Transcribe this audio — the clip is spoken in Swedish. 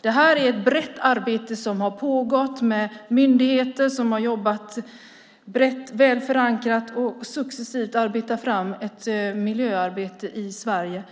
Det har pågått ett brett arbete med myndigheter som har jobbat väl förankrat och successivt drivit fram ett miljöarbete i Sverige.